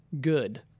good